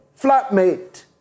flatmate